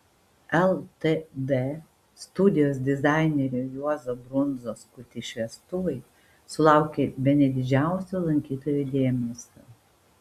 ltd studijos dizainerio juozo brundzos kurti šviestuvai sulaukė bene didžiausio lankytojų dėmesio